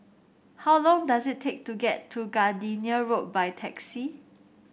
how long does it take to get to Gardenia Road by taxi